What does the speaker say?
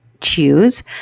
choose